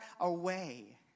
away